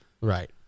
Right